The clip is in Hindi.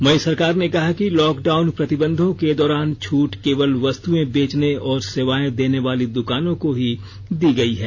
वहीं सरकार ने कहा है कि लॉकडाउन प्रतिबंधों के दौरान छूट केवल वस्तुएं बेचने और सेवाएं देने वाली दुकानों को ही दी गई है